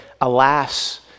Alas